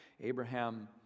Abraham